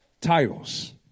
titles